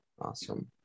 Awesome